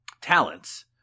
talents